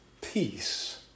peace